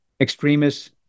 extremists